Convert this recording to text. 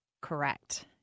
Correct